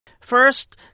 First